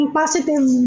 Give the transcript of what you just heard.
positive